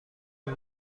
این